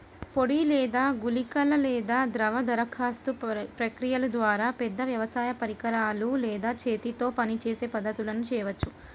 పొడి లేదా గుళికల లేదా ద్రవ దరఖాస్తు ప్రక్రియల ద్వారా, పెద్ద వ్యవసాయ పరికరాలు లేదా చేతితో పనిచేసే పద్ధతులను చేయవచ్చా?